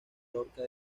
lorca